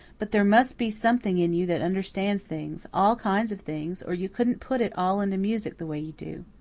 but there must be something in you that understands things all kinds of things or you couldn't put it all into music the way you do.